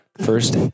first